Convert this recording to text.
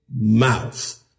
mouth